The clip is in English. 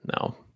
No